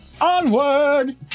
Onward